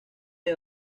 del